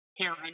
Karen